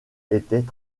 étaient